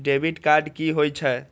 Debit card कि होई छै?